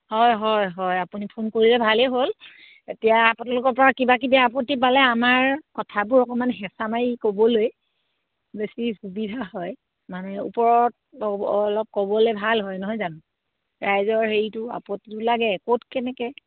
হয় হয় হয় আপুনি ফোন কৰিলে ভালেই হ'ল এতিয়া আপোনালোকৰ পৰা কিবা কিবি আপত্তি পালে আমাৰ কথাবোৰ অকণমান হেঁচা মাৰি ক'বলৈ বেছি সুবিধা হয় মানে ওপৰত অলপ ক'বলৈ ভাল হয় নহয় জানো ৰাইজৰ হেৰিটো আপত্তিটো লাগে ক'ত কেনেকৈ